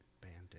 Bandit